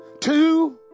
Two